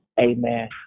amen